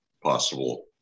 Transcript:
possible